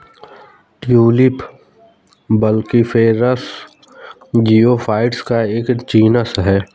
tulip bulbiferous geophytes का एक genus है